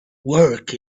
work